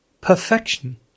Perfection